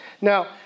Now